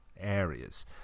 areas